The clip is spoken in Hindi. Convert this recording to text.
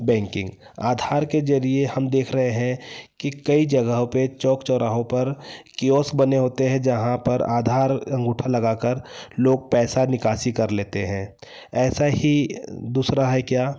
बैंकिंग आधार के जरिए हम देख रहे हैं कि कई जगहों पर चौक चौराहों पर कियोस्क बने होते हैं जहाँ पर आधार अंगूठा लगाकर लोग पैसा निकासी कर लेते हैं ऐसा ही दूसरा है क्या